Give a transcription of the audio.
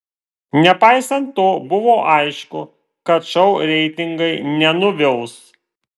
nepaisant to buvo aišku kad šou reitingai nenuvils